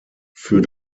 für